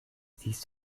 siehst